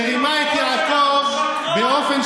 שוב ושוב ושוב הוא נתניהו,